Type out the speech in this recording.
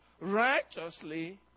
righteously